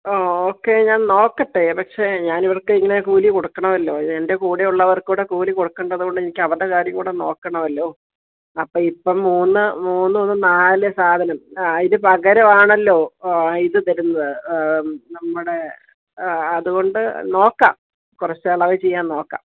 ഓ okay ഞാൻ നോക്കട്ടെ പക്ഷേ ഞാൻ ഇവർക്ക് ഇങ്ങനെ കൂലി കൊടുക്കണമല്ലോ എൻ്റെ കൂടെ ഉള്ളവർക്കും കൂടെ കൂലി കൊടുക്കേണ്ടതുകൊണ്ട് എനിക്ക് അവരുടെ കാര്യം കൂടെ നോക്കണമല്ലോ അപ്പോൾ ഇപ്പം മൂന്ന് മൂന്നും ഒന്നും നാല് സാധനം അതിന് പകരമാണല്ലോ ഇത് തരുന്നത് നമ്മുടെ അതുകൊണ്ട് നോക്കാം കുറച്ച് നാൾ അത് ചെയ്യാൻ നോക്കാം